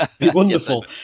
Wonderful